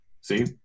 see